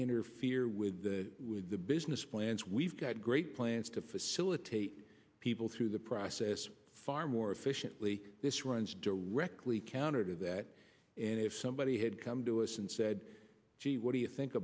interfere with the business plans we've got great plans to facilitate people through the process far more efficiently this runs directly counter to that and if somebody had come to us and said gee what do you think